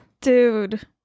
Dude